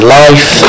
life